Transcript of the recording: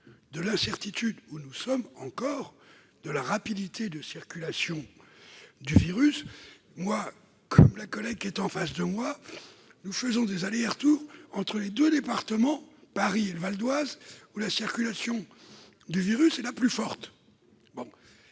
de l'incertitude où nous sommes encore sur la rapidité de circulation du virus. Comme ma collègue qui siège en face de moi, je fais des allers-retours entre les deux départements, Paris et le Val-d'Oise, où la circulation du virus est la plus forte.